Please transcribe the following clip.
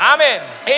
Amen